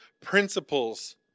principles